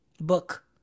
Book